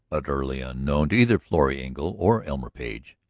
utterly unknown to either florrie engle or elmer page,